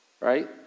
Right